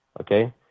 okay